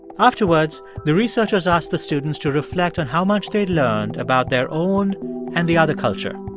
afterwards, the researchers asked the students to reflect on how much they'd learned about their own and the other culture,